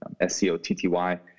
S-C-O-T-T-Y